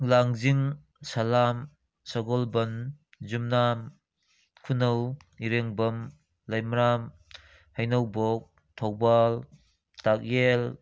ꯂꯥꯡꯖꯤꯡ ꯁꯂꯥꯝ ꯁꯒꯣꯜꯕꯟ ꯌꯨꯝꯅꯥꯝ ꯈꯨꯅꯧ ꯏꯔꯦꯡꯕꯝ ꯂꯩꯃꯔꯥꯝ ꯍꯩꯅꯧꯕꯣꯛ ꯊꯧꯕꯥꯜ ꯇꯥꯛꯌꯦꯜ